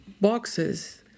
boxes